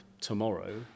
tomorrow